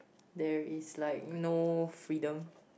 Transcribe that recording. there is like no freedom